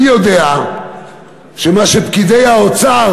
אני יודע שמה שפקידי האוצר